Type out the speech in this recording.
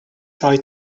try